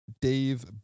Dave